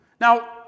Now